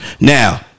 Now